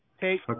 Take